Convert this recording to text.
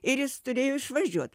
ir jis turėjo išvažiuot